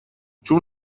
چون